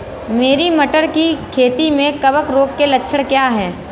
मेरी मटर की खेती में कवक रोग के लक्षण क्या हैं?